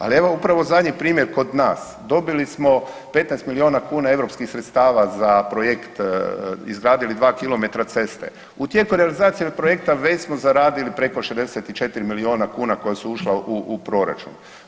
Ali evo upravo zadnji primjer kod nas, dobili smo 15 milijuna kuna europskih sredstava za projekt izgradili 2 km ceste, u tijeku je realizacija projekta već smo zaradili preko 64 milijuna kuna koja su ušla u proračun.